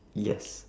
yes